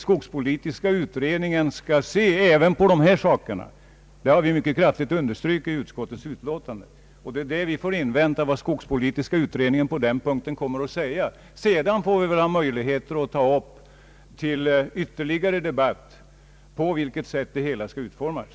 Skogspolitiska utredningen skall även se på de här sakerna, det har understrukits i utskottets utlåtande. Vi får invänta vad utredningen kommer att säga på den här punkten, och sedan får vi ta upp till debatt på vilket sätt en sundare utveckling skall åstadkommas.